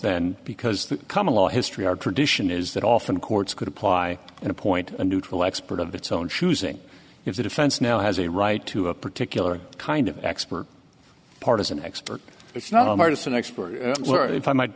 then because the common law history our tradition is that often courts could apply and appoint a neutral expert of its own choosing if the defense now has a right to a particular kind of expert partisan expert it's not a partisan expert or if i might